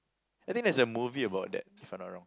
I think that's a movie about that if I'm not wrong